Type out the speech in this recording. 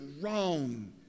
wrong